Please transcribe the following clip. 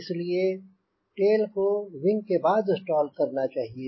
इसलिए टेल को विंग के बाद स्टॉल करना चाहिए